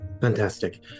fantastic